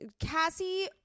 Cassie